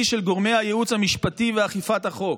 של גורמי הייעוץ המשפטי ואכיפת החוק".